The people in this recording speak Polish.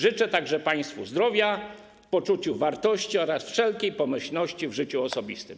Życzę także państwu zdrowia, poczucia wartości oraz wszelkiej pomyślności w życiu osobistym.